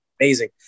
amazing